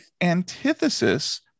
antithesis